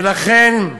לכן,